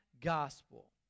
gospel